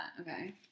Okay